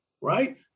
right